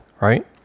right